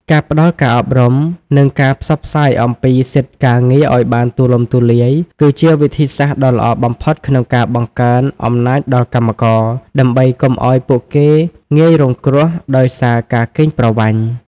ការផ្តល់ការអប់រំ និងការផ្សព្វផ្សាយអំពីសិទ្ធិការងារឱ្យបានទូលំទូលាយ គឺជាវិធីសាស្ត្រដ៏ល្អបំផុតក្នុងការបង្កើនអំណាចដល់កម្មករ ដើម្បីកុំឱ្យពួកគេងាយរងគ្រោះដោយសារការកេងប្រវ័ញ្ច។